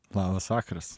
labas vakaras